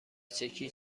چکی